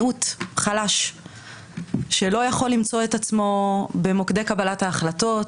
הן מיעוט חלש שלא יכול למצוא את עצמו במוקדי קבלת ההחלטות,